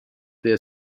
der